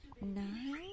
Nine